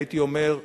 הייתי אומר,